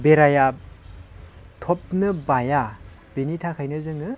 बेराया थबनो बाया बिनि थाखायनो जोङो